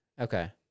okay